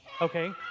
Okay